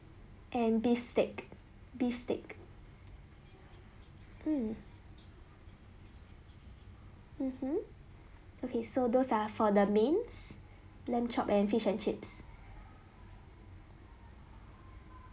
and beef steak beef steak mm mmhmm okay so those are for the mains lamb chop and fish and chips